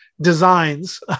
designs